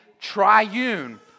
triune